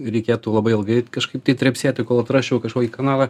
reikėtų labai ilgai kažkaip tai trepsėti kol atrasčiau kažkokį kanalą